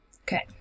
Okay